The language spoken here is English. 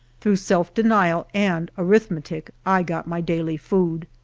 through self-de nial and arithmetic i got my daily food.